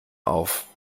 auf